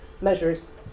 measures